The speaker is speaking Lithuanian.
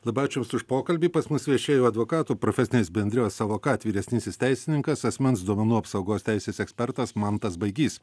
labai ačiū jums už pokalbį pas mus viešėjo advokatų profesinės bendrijos avocad vyresnysis teisininkas asmens duomenų apsaugos teisės ekspertas mantas baigys